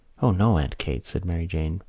o no, aunt kate, said mary jane.